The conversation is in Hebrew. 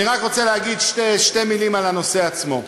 אני רק רוצה להגיד שתי מילים על הנושא עצמו.